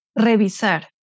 Revisar